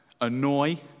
annoy